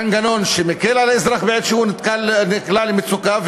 מנגנון שמקל על אזרח בעת שהוא נקלע למצוקה,